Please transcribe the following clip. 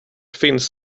finns